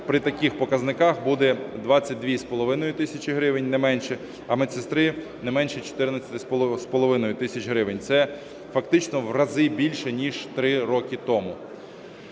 при таких показниках буде 22,5 тисячі гривень, не менше, а медсестри – не менше 14,5 тисячі гривень. Це фактично в рази більше ніж три роки тому.